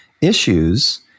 issues